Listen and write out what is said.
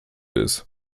ist